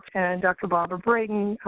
and dr. barbara braden,